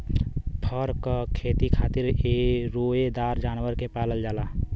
फर क खेती खातिर रोएदार जानवर के पालल जाला